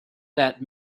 that